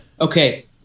Okay